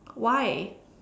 why